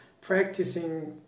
practicing